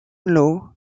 law